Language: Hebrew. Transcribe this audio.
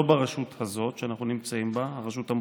לא ברשות הזאת שאנחנו נמצאים בה, הרשות המחוקקת,